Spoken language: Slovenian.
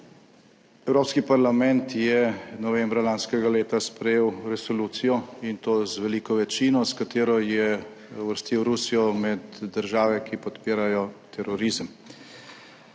Evropski parlament je novembra lanskega leta sprejel resolucijo, in to z veliko večino, s katero je uvrstil Rusijo med države, ki podpirajo terorizem.